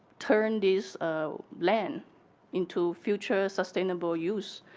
turn this land into future sustainable use,